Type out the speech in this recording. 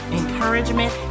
encouragement